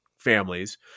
families